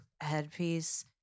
headpiece